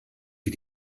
wie